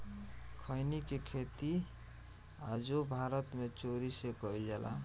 खईनी के खेती आजो भारत मे चोरी से कईल जाला